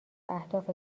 اهداف